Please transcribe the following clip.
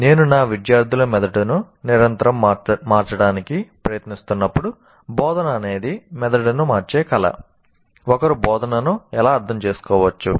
నేను నా విద్యార్థుల మెదడును నిరంతరం మార్చడానికి ప్రయత్నిస్తున్నప్పుడు బోధన అనేది మెదడును మార్చే కళ ఒకరు బోధనను ఎలా అర్థం చేసుకోవచ్చు